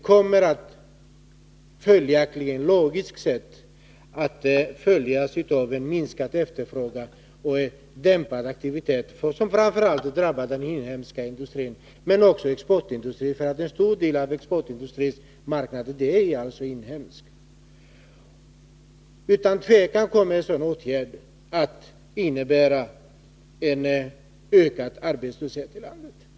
Devalveringen kommer därför, logiskt sett, att följas av en minskad efterfrågan och en dämpad aktivitet, vilket framför allt drabbar den inhemska industrin men också exportindustrin, eftersom en stor del av exportindustrins marknad är inhemsk. Utan tvivel kommer en sådan åtgärd att innebära en ökad arbetslöshet i landet.